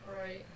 Right